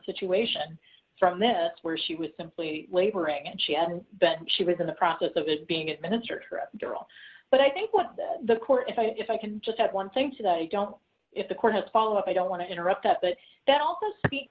situation from this where she would simply laboring and she end but she was in the process of it being administered for a girl but i think what the court if i if i can just add one thing to that i don't if the court has a follow up i don't want to interrupt that but that also speak